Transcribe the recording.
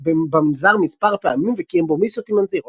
במנזר מספר פעמים וקיים בו מיסות עם הנזירות.